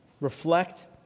reflect